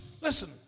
Listen